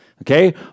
Okay